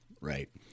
Right